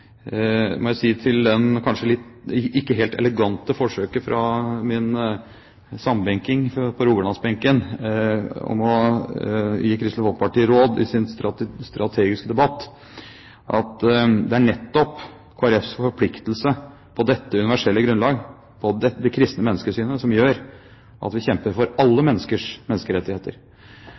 må jeg si til det kanskje ikke helt elegante forsøket fra min sambenking på rogalandsbenken på å gi Kristelig Folkeparti råd i vår strategiske debatt, at det er nettopp Kristelig Folkepartis forpliktelse på dette universelle grunnlag, det kristne menneskesynet, som gjør at vi kjemper for alle menneskers menneskerettigheter.